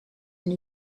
het